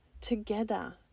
together